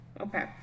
Okay